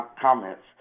comments